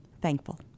thankful